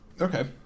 Okay